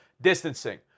distancing